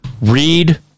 read